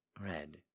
Red